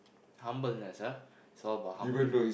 humbleness ah it's all about